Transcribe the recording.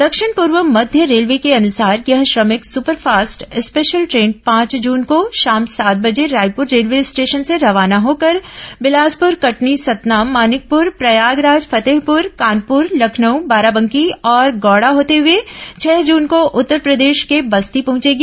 दक्षिण पूर्व मध्य रेलवे के अनुसार यह श्रमिक सुपरफास्ट स्पेशल ट्रेन पांच जून को शाम सात बजे रायपुर रेलवे स्टेशन से रवाना होकर बिलासपुर कटनी संतना मानिकपुर प्रयागराज फतेहपुर कानपुर लखनऊ बाराबंकी और गौड़ा होते हुए छह जून को उत्तरप्रदेश के बस्ती पहुंचेगी